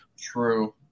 true